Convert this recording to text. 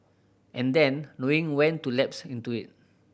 and then knowing when to lapse into it